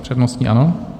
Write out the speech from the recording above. Přednostní, ano.